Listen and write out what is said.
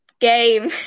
game